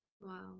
wow